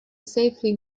safely